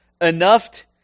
Enough